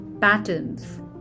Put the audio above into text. patterns